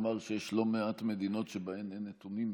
לומר שיש לא מעט מדינות שבהן אין נתונים מדויקים,